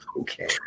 okay